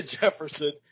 Jefferson